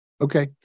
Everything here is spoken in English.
Okay